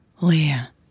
Leah